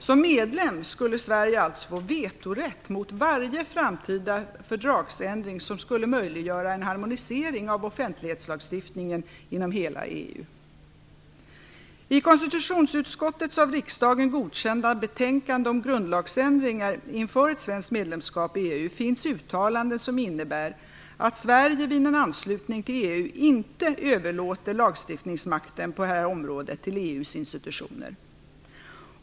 Som medlem skulle Sverige alltså få vetorätt mot varje framtida fördragsändring som skulle möjliggöra en harmonisering av offentlighetslagstiftningen inom hela EU. EU finns uttalanden som innebär att Sverige vid en anslutning till EU inte överlåter lagstiftningsmakten på detta område till EU:s institutioner.